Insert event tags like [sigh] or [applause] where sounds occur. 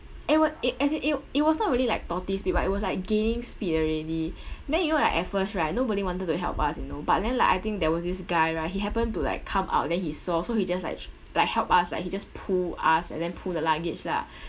it wa~ it as it it wa~ it was not really like tortoise speed but it was like gaining speed already then you know like at first right nobody wanted to help us you know but then like I think there was this guy right he happened to like come out then he saw so he just like [noise] like helped us like he just pull us and then pull the luggage lah [breath]